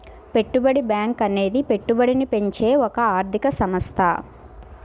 పెట్టుబడి బ్యాంకు అనేది పెట్టుబడిని పెంచే ఒక ఆర్థిక సంస్థ